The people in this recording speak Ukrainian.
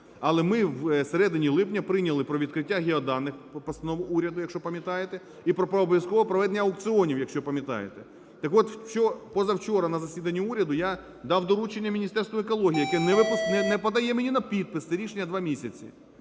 Але ми всередині липня прийняли про відкриття геоданих постанову уряду, якщо пам'ятаєте, і про обов'язкове проведення аукціонів, якщо пам'ятаєте. Так от, позавчора на засіданні уряду я дав доручення Міністерству екології, яке не подає мені на підпис це рішення 2 місяці.